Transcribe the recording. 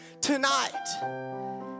tonight